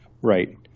Right